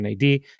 NAD